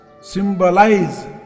symbolize